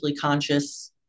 conscious